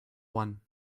one